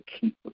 keep